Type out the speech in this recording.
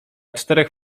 czterech